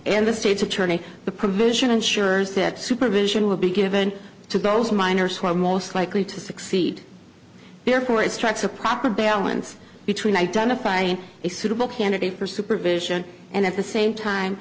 and the state's attorney the provision ensures that supervision will be given to those miners who are most likely to succeed therefore it strikes a proper balance between identifying a suitable candidate for supervision and at the same time